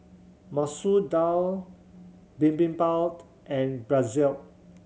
Masoor Dal Bibimbap and Pretzel